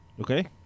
Okay